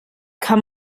kann